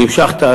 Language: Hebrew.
נמשחת,